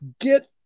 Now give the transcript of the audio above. get